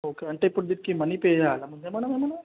okay అంటే ఇప్పుడు వీటికి మనీ పే చేయాలా ముందే మనం ఏమన్న